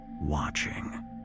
watching